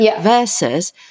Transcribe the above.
versus